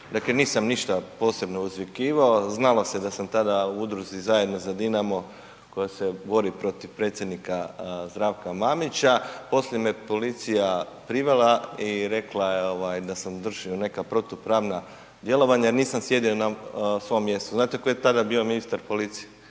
dakle nisam ništa posebno uzvikivao, znalo se da sam tada u udruzi „Zajedno za Dinamo“ koja se bori protiv predsjednika Zdravka Mamića, poslije me policija privela i rekla je da sam vršio neka protupravna djelovanja jer nisam sjedio na svom mjestu. Znate tko je tada bio ministar policije?